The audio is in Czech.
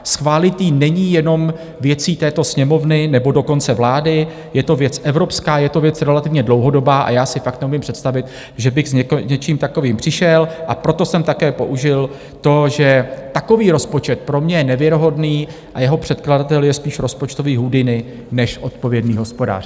Schválit ji není jenom věcí této Sněmovny, nebo dokonce vlády, je to věc evropská, je to věc relativně dlouhodobá a já si fakt neumím představit, že bych s něčím takovým přišel, a proto jsem také použil to, že takový rozpočet pro mě je nevěrohodný a jeho předkladatel je spíš rozpočtový Houdini než odpovědný hospodář.